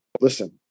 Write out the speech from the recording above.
listen